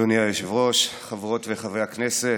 אדוני היושב-ראש, חברות וחברי הכנסת,